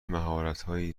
مهارتهایی